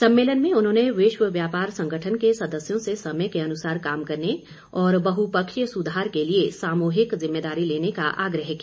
सम्मेलन में उन्होंने विश्व व्यापार संगठन के सदस्यों से समय के अनुसार काम करने और बहुपक्षीय सुधार के लिए सामूहिक जिम्मेदारी लेने का आग्रह किया